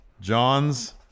John's